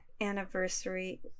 anniversary